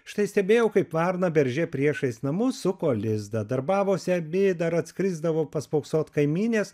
štai stebėjau kaip varna berže priešais namus suko lizdą darbavosi abi dar atskrisdavo paspoksot kaimynės